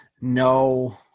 no –